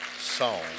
song